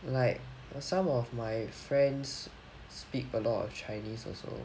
like some of my friends speak a lot of chinese also